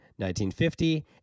1950